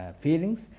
feelings